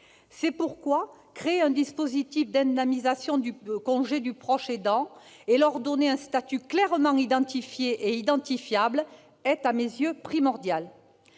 C'est pourquoi créer un dispositif d'indemnisation du proche aidant et donner à celui-ci un statut clairement identifié et identifiable est à mes yeux primordial.